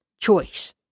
choice